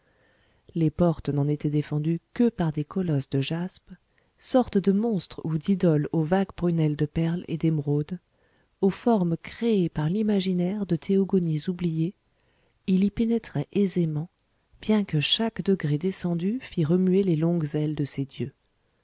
les portes n'en était défendues que par des colosses de jaspe sortes de monstres ou d'idoles aux vagues prunelles de perles et d'émeraudes aux formes créées par l'imaginaire de théogonies oubliées il y pénétrait aisément bien que chaque degré descendu fît remuer les longues ailes de ces dieux